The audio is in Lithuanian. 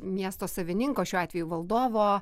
miesto savininko šiuo atveju valdovo